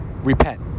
repent